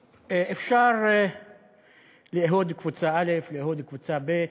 אפשר לאהוד קבוצה א', לאהוד קבוצה ב',